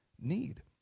need